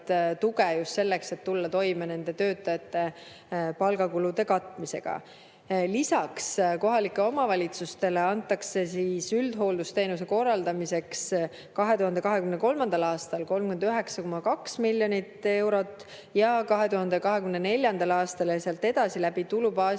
tuge just selleks, et tulla toime töötajate palgakulude katmisega. Lisaks, kohalikele omavalitsustele antakse üldhooldusteenuse korraldamiseks 2023. aastal 39,2 miljonit eurot ja 2024. aastal ja sealt edasi läbi tulubaasi